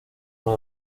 una